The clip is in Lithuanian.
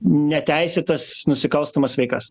neteisėtas nusikalstamas veikas